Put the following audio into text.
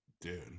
dude